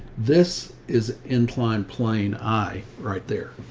this is inclined plane. i right there.